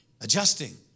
Adjusting